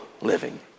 living